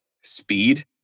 speed